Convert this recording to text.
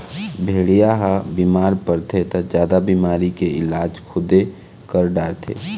भेड़िया ह बिमार परथे त जादा बिमारी के इलाज खुदे कर डारथे